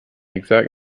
exact